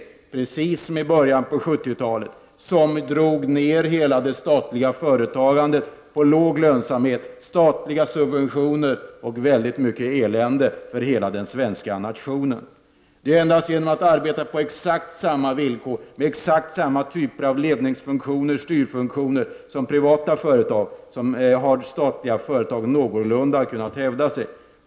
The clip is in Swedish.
Det är precis som i början av 70-talet med hela det statliga företagandet på låg lönsamhetsnivå, med statliga subventioner och mycket elände för hela den svenska nationen. Det är endast genom att arbeta på exakt likadana villkor, med exakt likadana slag av ledningsfunktioner och styrfunktioner som privata företag har, som statliga företag någorlunda har kunnat hävda sig.